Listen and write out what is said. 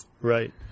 right